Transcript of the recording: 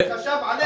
מי חשב עליהם בכלל?